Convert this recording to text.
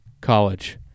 College